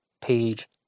page